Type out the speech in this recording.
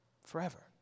forever